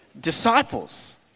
disciples